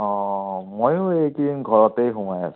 অ' মইও এইকেইদিন ঘৰতেই সোমাই আছোঁ